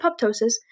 apoptosis